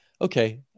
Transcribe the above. okay